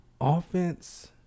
offense